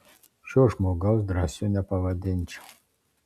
šio žmogaus drąsiu nepavadinčiau